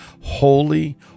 holy